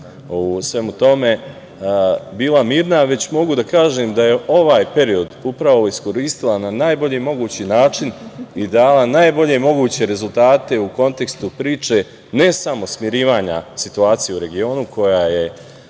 u svemu tome bila mirna, već mogu da kažem da je ovaj period upravo iskoristila na najbolji moguć način i dala najbolje moguće rezultate u kontekstu priče ne samo smirivanja situacije u regionu, koja je